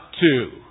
two